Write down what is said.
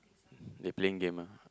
they playing game ah